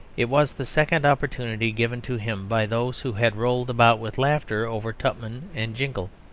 it was the second opportunity given to him by those who had rolled about with laughter over tupman and jingle,